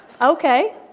Okay